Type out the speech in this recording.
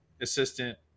assistant